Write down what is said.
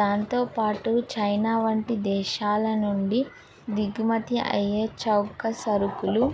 దాంతోపాటు చైనా వంటి దేశాల నుండి దిగుమతి అయ్యే చౌక సరుకులు